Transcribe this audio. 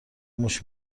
موش